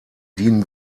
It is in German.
dienen